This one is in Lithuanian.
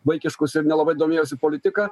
vaikiškus ir nelabai domėjosi politika